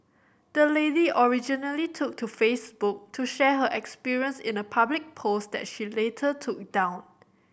the lady originally took to Facebook to share her experience in a public post that she later took down